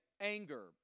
anger